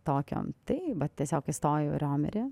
tokio tai tiesiog įstojau į riomerį